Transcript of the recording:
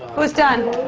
who's done?